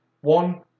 One